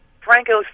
Franco's